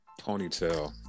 ponytail